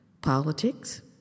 politics